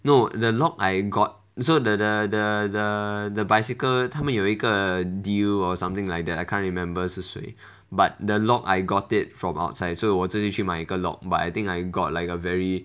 no the lock I got so the the the the the bicycle 他们有一个 deal or something like that I can't remember 是谁 but the lock I got it from outside so 我自己去买一个 lock but I think I got like a very